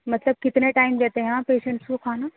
مطلب کتنے ٹائم دیتے ہیں آپ پیشنٹس کو کھانا